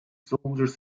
soldiers